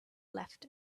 left